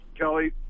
Kelly